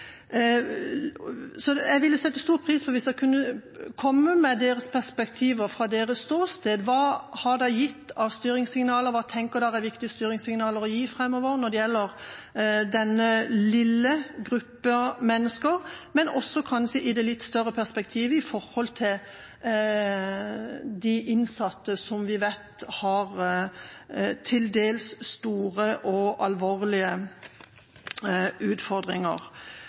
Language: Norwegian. Jeg ville sette stor pris på om dere kunne komme med deres perspektiver fra deres ståsted. Hva har dere gitt av styringssignaler, hva tenker dere er viktige styringssignaler å gi framover når det gjelder denne lille gruppa mennesker, og også kanskje i det litt større perspektivet med tanke på de innsatte, som vi vet har til dels store og alvorlige utfordringer?